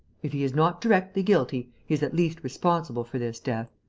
if he is not directly guilty, he is at least responsible for this death.